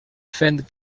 fent